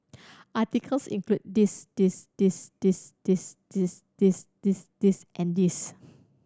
articles include this this this this this this this this this and this